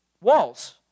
walls